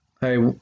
hey